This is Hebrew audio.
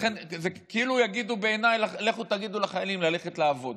לכן, בעיניי, זה כאילו יגידו לחיילים ללכת לעבוד.